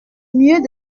mieux